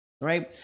Right